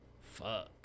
Fuck